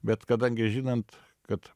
bet kadangi žinant kad